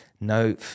No